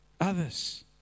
others